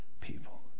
people